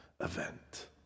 event